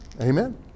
Amen